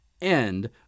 end